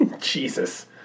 Jesus